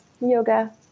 yoga